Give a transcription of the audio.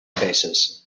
faces